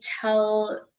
tell